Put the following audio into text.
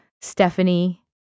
Stephanie